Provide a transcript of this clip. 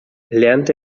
lernt